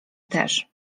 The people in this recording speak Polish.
też